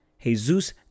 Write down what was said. Jesus